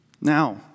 Now